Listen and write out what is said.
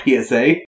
PSA